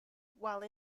while